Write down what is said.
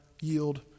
yield